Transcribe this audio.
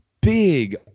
big